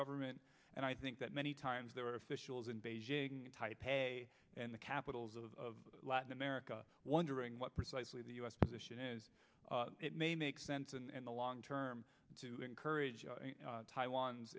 government and i think that many times there are officials in beijing taipei and the capitals of latin america wondering what precisely the u s position is it may make sense and the long term to encourage taiwan